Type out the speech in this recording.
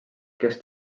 kes